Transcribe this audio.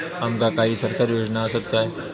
आमका काही सरकारी योजना आसत काय?